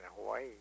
hawaii